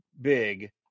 big